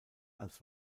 als